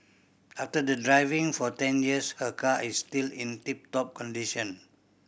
after the driving for ten years her car is still in tip top condition